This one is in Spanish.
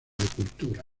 cultura